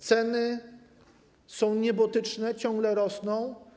Ceny są niebotyczne i ciągle rosną.